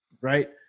right